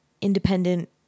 independent